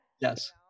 yes